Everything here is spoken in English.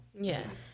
Yes